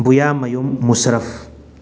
ꯕꯨꯌꯥꯃꯌꯨꯝ ꯃꯨꯁꯔꯐ